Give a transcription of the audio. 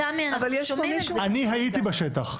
אבל יש פה מישהו --- אני הייתי בשטח.